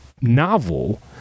novel